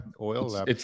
oil